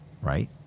right